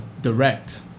direct